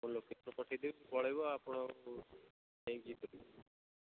ମୁଁ ଲୋକେସନ୍ ପଠାଇଦେବି ପଳାଇବ ଆପଣ ଆଉ ନେଇକି ଇଏ କରିବେ